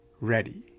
ready